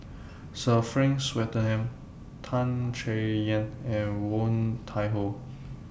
Sir Frank Swettenham Tan Chay Yan and Woon Tai Ho